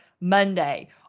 Monday